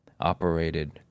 operated